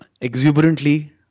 exuberantly